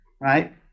right